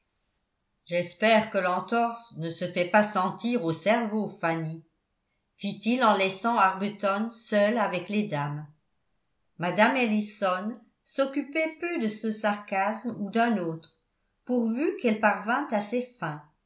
j'espère que l'entorse ne se fait pas sentir au cerveau fanny fit-il en laissant arbuton seul avec les dames mme ellison s'occupait peu de ce sarcasme ou d'un autre pourvu qu'elle parvînt à ses fins